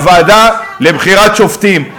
בוועדה לבחירת שופטים.